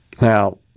Now